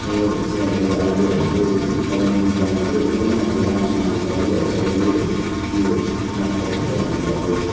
योहरू चाहिँ अब अहिले हाम्रो कालिम्पोङ जिल्लामा चाहिँ एकदमै अब राम्रोसँगले चलिरहेको छ योहरू योहरू मार्फत चाहिँ हामीले अब